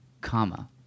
comma